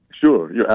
Sure